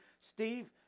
Steve